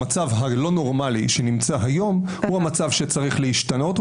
המצב הלא נורמלי שקיים היום הוא המצב שצריך להשתנות,